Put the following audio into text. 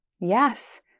Yes